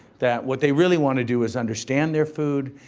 that what they really wanna do is understand their food,